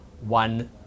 one